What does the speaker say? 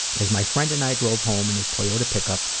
as my friend and i drove home in his toyota pickup,